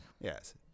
Yes